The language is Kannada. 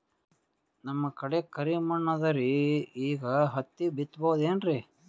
ನಮ್ ಕಡೆ ಕರಿ ಮಣ್ಣು ಅದರಿ, ಈಗ ಹತ್ತಿ ಬಿತ್ತಬಹುದು ಏನ್ರೀ?